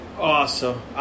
Awesome